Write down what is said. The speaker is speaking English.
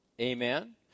Amen